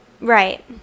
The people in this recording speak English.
right